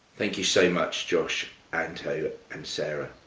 thank you so much josh, anto and sarah.